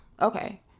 okay